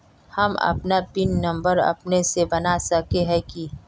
हम अपन PIN number अपने से बना सके है की?